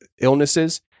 illnesses